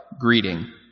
greeting